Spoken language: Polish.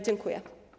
Dziękuję.